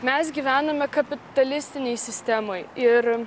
mes gyvename kapitalistinėj sistemoj ir